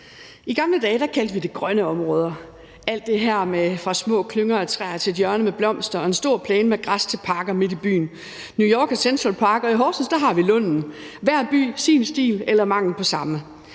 I gamle dage kaldte vi alt det her med små klynger af træer, et hjørne med blomster og en stor plæne med græs midt i byen for grønne områder. New York har Central Park, og i Horsens har vi Lunden – hver by sin stil eller mangel på samme.